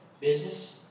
business